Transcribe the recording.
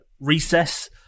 recess